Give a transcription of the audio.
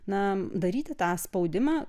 na daryti tą spaudimą